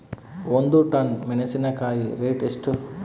ಒಂದು ಟನ್ ಮೆನೆಸಿನಕಾಯಿ ರೇಟ್ ಎಷ್ಟು?